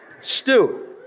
Stew